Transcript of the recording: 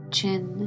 Chin